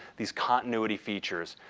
these continuity features.